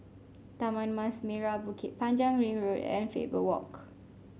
Taman Mas Merah Bukit Panjang Ring Road and Faber Walk